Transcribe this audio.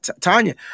Tanya